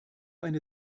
eine